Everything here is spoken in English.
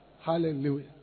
Hallelujah